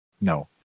no